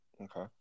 Okay